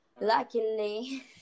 Luckily